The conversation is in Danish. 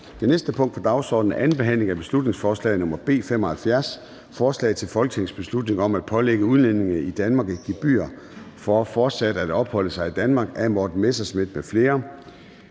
Det næste punkt på dagsordenen er: 27) 2. (sidste) behandling af beslutningsforslag nr. B 75: Forslag til folketingsbeslutning om at pålægge udlændinge i Danmark et gebyr for fortsat at opholde sig i Danmark. Af Morten Messerschmidt (DF) m.fl.